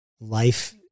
life